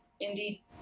Indeed